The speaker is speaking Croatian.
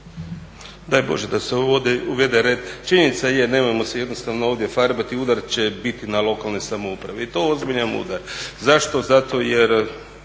Daj Bože da se uvede red. Činjenica je nemojmo se ovdje jednostavno farbati udar će biti na lokalne samouprave i to ozbiljan udar. Zašto? Zato jer